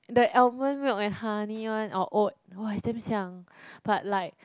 the almond milk and honey one or oat [woah] it's damn xiang but like